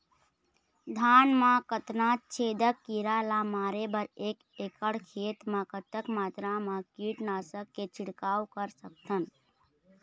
धान मा कतना छेदक कीरा ला मारे बर एक एकड़ खेत मा कतक मात्रा मा कीट नासक के छिड़काव कर सकथन?